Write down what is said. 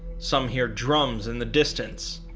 some hear drums in the distance,